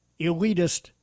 elitist